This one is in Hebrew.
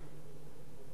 דקה.